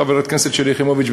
חברת הכנסת שלי יחימוביץ,